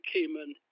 Cayman